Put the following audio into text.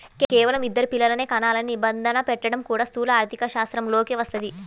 కేవలం ఇద్దరు పిల్లలనే కనాలనే నిబంధన పెట్టడం కూడా స్థూల ఆర్థికశాస్త్రంలోకే వస్తది